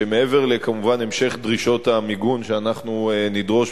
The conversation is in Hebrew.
שמעבר להמשך דרישות המיגון שאנחנו נדרוש,